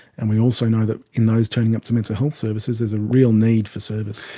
and we also know that in those turning up to mental health services there's a real need for service.